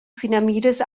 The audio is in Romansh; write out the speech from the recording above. finamiras